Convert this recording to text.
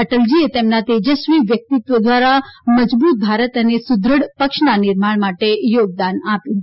અટલજીએ તેમના તેજસ્વી વ્યક્તિત્વ દ્વારા મજબૂત ભારત અને સુદ્રઢ પક્ષના નિર્માણ માટે યોગદાન આપ્યું હતું